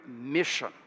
mission